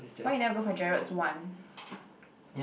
why you never go for Gerald's one